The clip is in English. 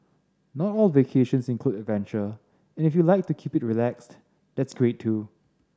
not all vacations include adventure and if you like to keep it relaxed that's great too